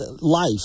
life